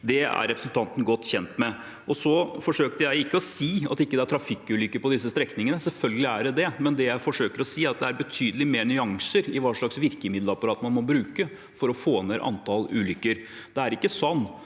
Det er representanten godt kjent med. Så forsøkte ikke jeg å si at det ikke er trafikkulykker på disse strekningene. Selvfølgelig er det det, men det jeg forsøker å si, er at det er betydelig flere nyanser i hva slags virkemiddelapparat man må bruke for å få ned antall ulykker. Det er ikke sånn